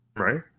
Right